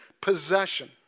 possession